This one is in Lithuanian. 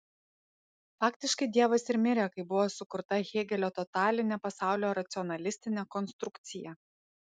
faktiškai dievas ir mirė kai buvo sukurta hėgelio totalinė pasaulio racionalistinė konstrukcija